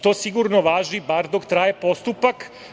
To sigurno važi, bar dok traje postupak.